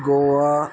Goa